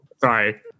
Sorry